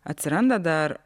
atsiranda dar